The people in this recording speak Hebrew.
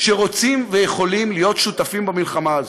שרוצים ויכולים להיות שותפים במלחמה הזאת.